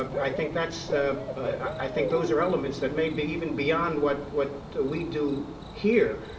i think that's i think those are elements that may be even beyond what what we do here,